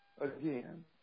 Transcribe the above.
Again